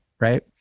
right